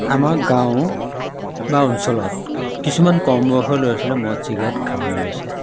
আমাৰ গাঁও বা অঞ্চলত কিছুমান কম বয়সয়ৰ ল'ৰা ছোৱালীয়ে মদ চিগ্ৰেট খাবলৈ লৈছে